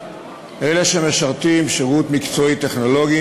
אלה שמשרתים שירות מקצועי טכנולוגי